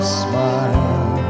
smile